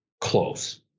close